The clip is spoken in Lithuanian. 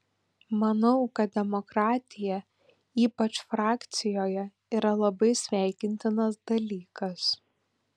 manau kad demokratija ypač frakcijoje yra labai sveikintinas dalykas